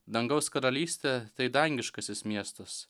dangaus karalystė tai dangiškasis miestas